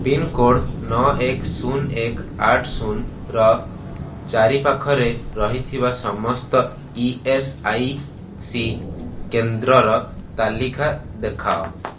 pincode ନଅ ଏକ ଶୂନ ଏକ ଆଠ ଶୂନର ଚାରିପାଖରେ ରହିଥିବା ସମସ୍ତ ଇ ଏସ୍ ଆଇ ସି କେନ୍ଦ୍ରର ତାଲିକା ଦେଖାଅ